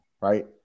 Right